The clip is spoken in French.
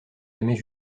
jamais